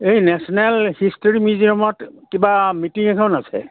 এই national history মিউজিয়ামত কিবা মিটিং এখন আছে